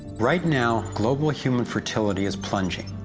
right now, global human fertility is plunging.